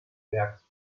werks